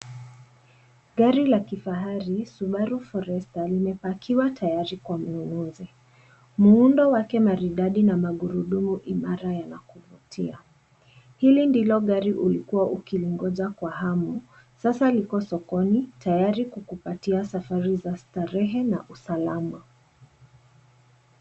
Gari la kifahari, Subaru Forester, limepakiwa tayari kwa mnunuzi. Muundo wake maridadi na magurudumu imara, yanakuvutia. Hili ndilo gari ulikuwa ukilingoja kwa hamu, sasa liko sokoni, tayari kukupatia safari za starehe na usalama.